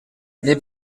les